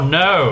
no